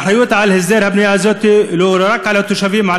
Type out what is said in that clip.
והאחריות להסדרת הבנייה הזאת היא לא רק על התושבים,